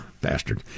bastard